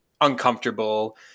uncomfortable